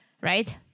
right